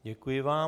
Děkuji vám.